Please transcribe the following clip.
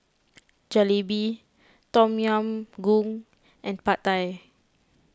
Jalebi Tom Yam Goong and Pad Thai